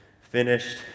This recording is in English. finished